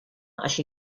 així